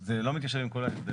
זה לא מתיישב עם כל ההסדר.